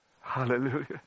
Hallelujah